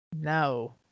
no